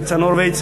ניצן הורוביץ.